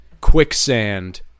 Quicksand